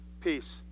Peace